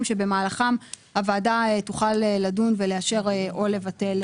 במהלכם הוועדה תוכל לדון ולאשר או לבטל.